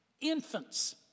infants